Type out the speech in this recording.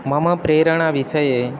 मम प्रेरणाविषये